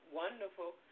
wonderful